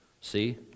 see